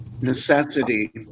necessity